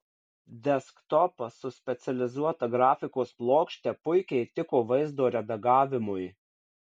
desktopas su specializuota grafikos plokšte puikiai tiko vaizdo redagavimui